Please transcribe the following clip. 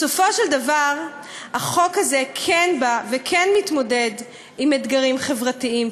בסופו של דבר החוק הזה כן בא וכן מתמודד עם אתגרים חברתיים,